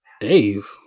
Dave